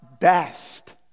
best